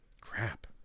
Crap